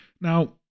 now